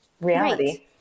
reality